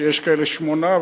שיש כאלה שמונה,